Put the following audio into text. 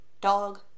dog